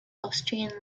austrian